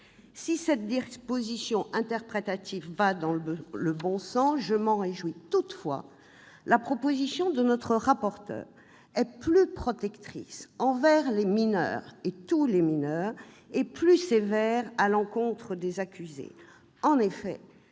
». Cette disposition interprétative va dans le bon sens, et je m'en réjouis. Toutefois, la proposition de notre rapporteur est plus protectrice envers les mineurs- tous les mineurs -et plus sévère à l'encontre des accusés.